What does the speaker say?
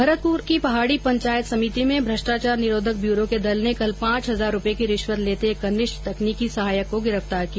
भरतपुर की पहाडी पंचायत समिति में भ्रष्टाचार निरोधक ब्यूरो के दल ने कल पांच हजार रुपये की रिश्वत लेते एक कनिष्ठ तकनीकी सहायक को गिरफ्तार े किया